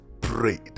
prayed